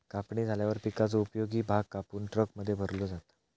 कापणी झाल्यावर पिकाचो उपयोगी भाग कापून ट्रकमध्ये भरलो जाता